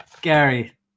Gary